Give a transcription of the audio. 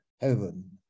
heaven